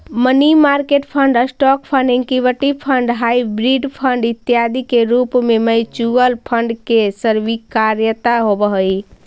money market fund, stock fund, equity fund, hybrid fund इत्यादि के रूप में म्यूचुअल फंड के स्वीकार्यता होवऽ हई